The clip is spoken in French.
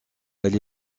elle